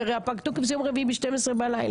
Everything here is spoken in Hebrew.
הרי זה פג תוקף ביום רביעי ב-12 בלילה.